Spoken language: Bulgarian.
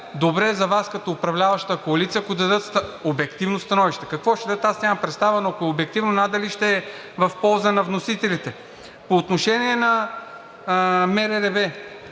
добре за Вас като управляваща коалиция, ако дадат обективно становище. Какво ще дадат, аз нямам представа, но ако е обективно, надали ще е в полза на вносителите. По отношение на